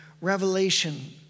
Revelation